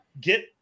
get